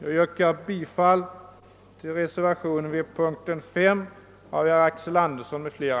Jag yrkar bifall till reservationen vid punkten 5 av herr Axel Andersson m.fl.